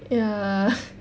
ya